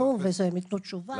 שהם יתנו תשובה.